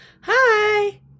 Hi